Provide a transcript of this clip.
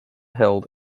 held